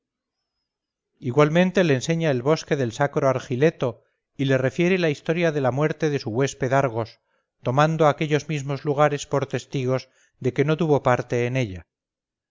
igualmente le enseña el bosque del sacro argileto y le refiere la historia de la muerte de su huésped argos tomando a aquellos mismos lugares por testigos de que no tuvo parte de ella